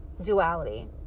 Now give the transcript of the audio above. duality